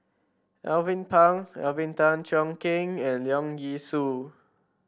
Alvin Pang Alvin Tan Cheong Kheng and Leong Yee Soo